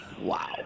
wow